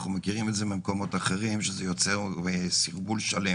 אנחנו מכירים ממקומות אחרים שזה יוצר סרבול גדול,